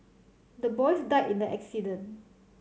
the boys died in the accident